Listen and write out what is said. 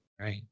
Right